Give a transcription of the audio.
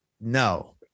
no